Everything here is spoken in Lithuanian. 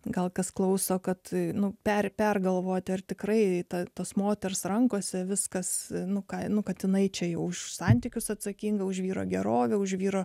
gal kas klauso kad nu per pergalvoti ar tikrai tos moters rankose viskas nu ką nu kad jinai čia už santykius atsakinga už vyro gerovę už vyro